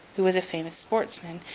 who was a famous sportsman,